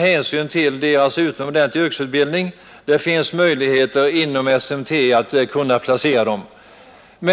hänsyn till de anställdas utomordentliga yrkesutbildning finns det kanske möjligheter att placera dem inom SMT. Självfallet kommer vi att göra allt för att få även tillverkning till verkstaden.